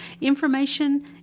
Information